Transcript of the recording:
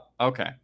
okay